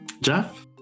Jeff